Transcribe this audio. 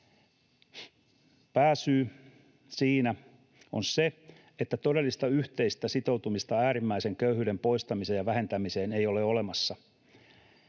’Pääsyy siinä on se, että todellista yhteistä sitoutumista äärimmäisen köyhyyden poistamiseen ja vähentämiseen ei ole olemassa’,